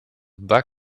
bug